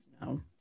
No